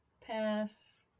Pass